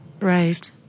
Right